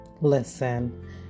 Listen